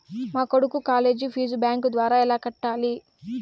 మా కొడుకు college fees bank ద్వారా ఎలా కట్టాలి?